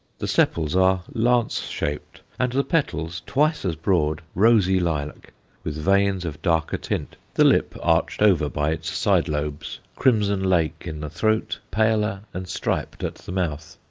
the sepals are lance-shaped, and the petals, twice as broad, rosy-lilac, with veins of darker tint the lip, arched over by its side lobes, crimson-lake in the throat, paler and striped at the mouth.